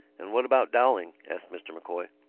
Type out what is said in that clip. and what about dowling? asked mr. m'coy.